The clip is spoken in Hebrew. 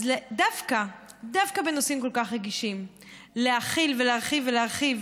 אז דווקא בנושאים כל כך רגישים להחיל ולהרחיב ולהרחיב